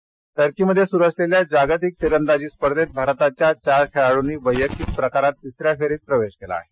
तिरंदाजी टर्कीमध्ये सुरु असलेल्या जागतिक तिरंदाजी स्पर्धेत भारताच्या चार खेळाडूंनी वैयक्तिक प्रकारात तिसऱ्या फेरीत प्रवेश केला आहे